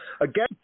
again